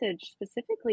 specifically